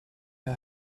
her